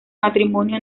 matrimonio